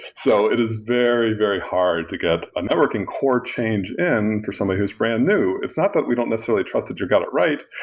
so it is very very hard to get a networking core change in for somebody who's brand-new. it's not that we don't necessarily trust that you got it right,